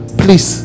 please